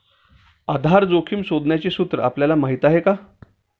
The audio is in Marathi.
आधार जोखिम शोधण्याचे सूत्र आपल्याला माहीत आहे का?